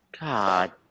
God